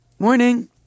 Morning